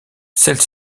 celle